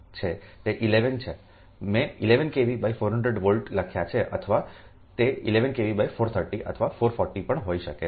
મેં11 kV 400V લખ્યા છેઅથવા તે11 kV 430અથવા 440 V પણહોઈ શકે છે